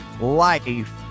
Life